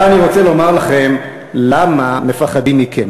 אבל אני רוצה לומר לכם למה מפחדים מכם.